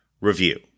review